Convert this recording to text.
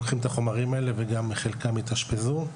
וחלקם גם התאשפזו.